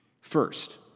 First